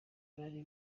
bari